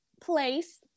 place